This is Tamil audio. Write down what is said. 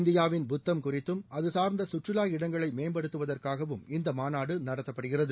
இந்தியாவின் புத்தம் குறித்தும் அதுசார்ந்த சுற்றுலா இடங்களை மேம்படுத்துவதற்காகவும் இந்த மாநாடு நடத்தப்படுகிறது